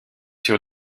sur